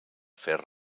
fer